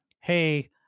Hey